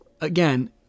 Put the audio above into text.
again